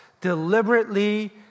Deliberately